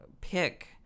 pick